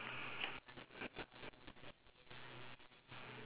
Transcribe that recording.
you did it